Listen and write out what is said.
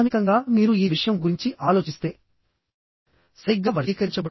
సాధారణంగా net area అంటే gross area minus hole area